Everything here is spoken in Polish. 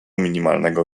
minimalnego